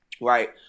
Right